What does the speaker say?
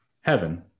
heaven